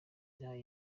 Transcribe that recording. nshyira